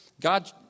God